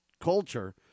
culture